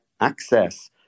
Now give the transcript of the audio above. access